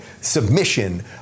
submission